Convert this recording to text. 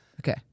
Okay